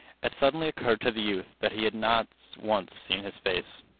it suddenly occurred to the youth that he had not once seen his face.